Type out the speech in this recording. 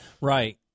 Right